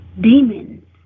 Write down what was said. Demons